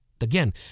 Again